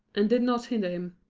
and did not hinder him.